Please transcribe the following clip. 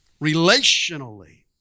relationally